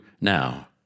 now